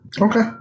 Okay